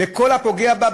וכל הפוגע בה,